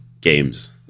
games